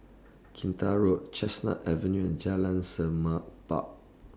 Kinta Road Chestnut Avenue and Jalan Semerbak